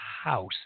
house